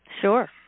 Sure